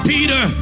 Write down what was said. Peter